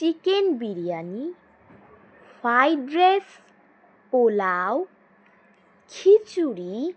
chicken biryani fried rice pulao khichuri